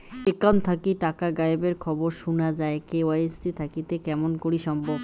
Account থাকি টাকা গায়েব এর খবর সুনা যায় কে.ওয়াই.সি থাকিতে কেমন করি সম্ভব?